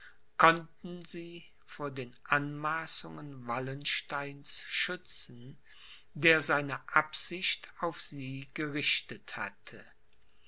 konnten sie vor den anmaßungen wallensteins schützen der seine absicht auf sie gerichtet hatte